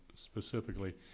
specifically